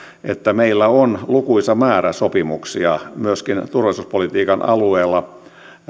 että meillä on lukuisa määrä sopimuksia myöskin turvallisuuspolitiikan alueella